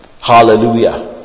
Hallelujah